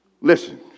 listen